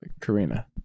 Karina